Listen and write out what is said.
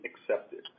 accepted